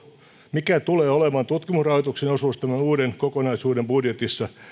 mikä tulee olemaan tutkimusrahoituksen osuus tämän uuden kokonaisuuden budjetissa